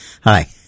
Hi